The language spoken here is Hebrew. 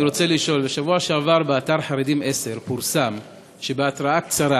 אני רוצה לשאול: בשבוע שעבר פורסם באתר "חרדים10" שבהתראה קצרה